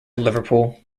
liverpool